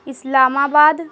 اسلام آباد